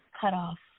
cutoff